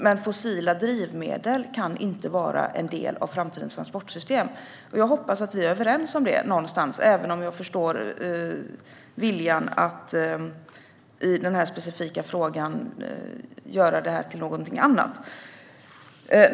Men fossila drivmedel kan inte vara en del av framtidens transportsystem. Jag hoppas att vi är överens om det, även om jag förstår viljan att i den här specifika frågan göra detta till någonting annat.